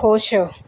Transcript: ਖੁਸ਼